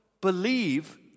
Believe